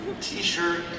t-shirt